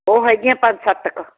ਉਹ ਹੈਗੀਆਂ ਪੰਜ ਸੱਤ ਕ